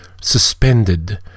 suspended